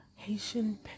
Haitian